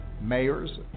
mayors